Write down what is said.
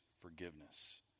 forgiveness